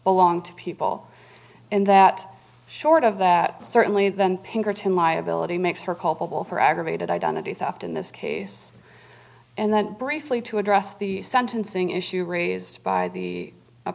belong to people and that short of that certainly then pinkerton liability makes her culpable for aggravated identity theft in this case and that briefly to address the sentencing issue raised by the